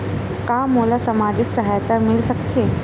का मोला सामाजिक सहायता मिल सकथे?